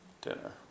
dinner